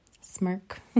smirk